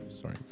Sorry